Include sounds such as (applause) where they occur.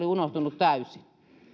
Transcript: (unintelligible) unohtuneet täysin